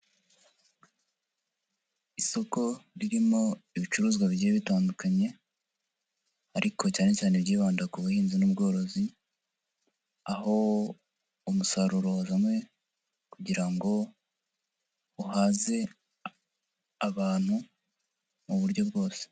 Isoko ririmo ibicuruzwa bigiye bitandukanye ariko cyane cyane ibyibanda ku buhinzi n'ubworozi, aho umusaruro wazanwe kugira ngo uhaze abantu mu buryo bwose.